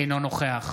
אינו נוכח